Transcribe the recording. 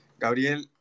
Gabriel